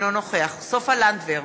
אינו נוכח סופה לנדבר,